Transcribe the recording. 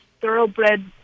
thoroughbred